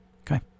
Okay